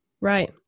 Right